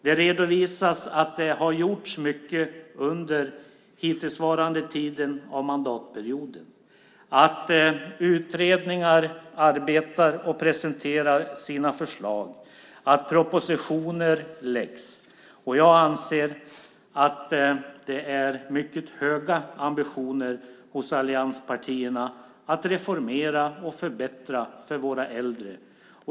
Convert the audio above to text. Det redovisas att det har gjorts mycket under den hittillsvarande tiden av mandatperioden, att utredningar arbetar och presenterar sina förslag och att propositioner läggs fram. Jag anser att det finns mycket höga ambitioner hos allianspartierna att reformera och förbättra för våra äldre.